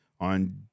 on